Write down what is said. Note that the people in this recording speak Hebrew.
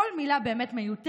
וכל מילה להוסיף באמת מיותרת,